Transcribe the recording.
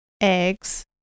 eggs